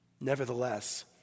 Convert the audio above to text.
Nevertheless